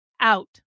out